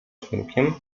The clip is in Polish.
sznurkiem